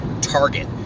target